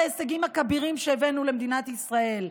ההישגים הכבירים שהבאנו למדינת ישראל,